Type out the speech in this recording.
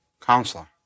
counselor